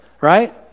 right